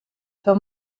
für